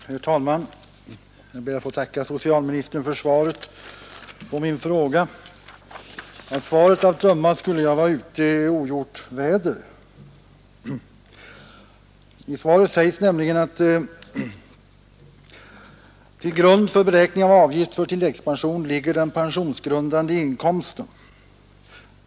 Herr talman! Jag ber att få tacka socialministern för svaret på min fråga. Av svaret att döma skulle jag vara ute i ogjort väder. I svaret sägs bl.a.: ”Till grund för beräkning av avgift för tilläggspension ligger den pensionsgrundande inkomsten.